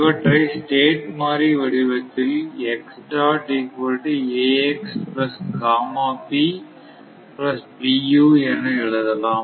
இவற்றை ஸ்டேட் மாறி வடிவத்தில்என எழுதலாம்